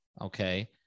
Okay